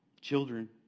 Children